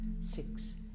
six